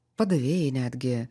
padavėjai netgi